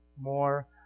more